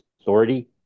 authority